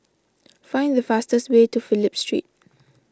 find the fastest way to Phillip Street